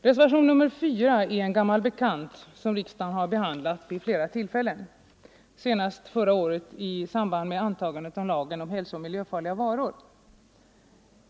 Reservationen 4 gäller en gammal bekant fråga, som riksdagen har behandlat vid flera tillfällen tidigare — senast förra året i samband med antagandet av lagen om hälsooch miljöfarliga varor.